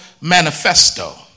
Manifesto